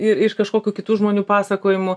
ir iš kažkokių kitų žmonių pasakojimų